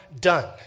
done